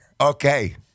Okay